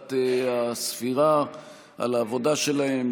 ועדת הספירה על העבודה שלהם,